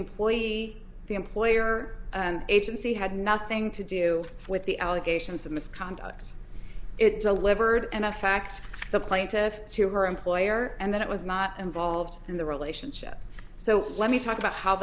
employee the employer and agency had nothing to do with the allegations of misconduct it's a livered and in fact the plaintiff to her employer and then it was not involved in the relationship so let me talk about how